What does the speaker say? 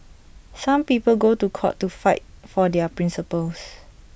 some people go to court to fight for their principles